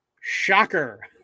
shocker